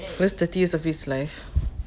first thirty years of his life